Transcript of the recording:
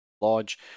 lodge